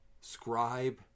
scribe